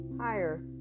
higher